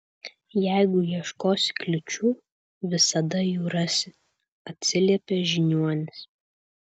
jeigu ieškosi kliūčių visada jų rasi atsiliepė žiniuonis